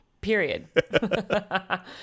Period